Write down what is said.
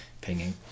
pinging